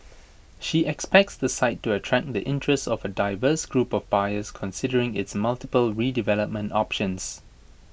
she expects the site to attract the interest of A diverse group of buyers considering its multiple redevelopment options